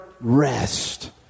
rest